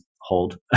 hold